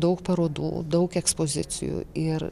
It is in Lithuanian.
daug parodų daug ekspozicijų ir